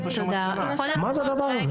אתם הולכים לקבל מימון.